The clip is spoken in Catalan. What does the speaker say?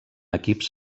equips